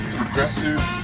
Progressive